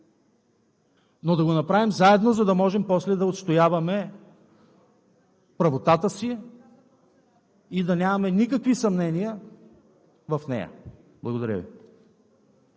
но да го направим заедно, за да можем после да отстояваме правотата си и да нямаме никакви съмнения в нея. Благодаря Ви.